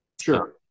Sure